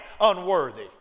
unworthy